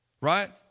right